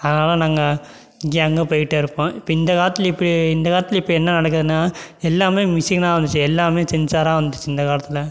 ஆனாலும் நாங்கள் இங்கே அங்கே போயிட்டே இருப்போம் இப்போ இந்தக் காலத்தில் இப்போ இந்தக் காலத்தில் இப்போ என்ன நடக்குதுனால் எல்லாமே மிஷினாக வந்துருச்சு எல்லாமே சென்சாராக வந்துருச்சு இந்தக் காலத்தில்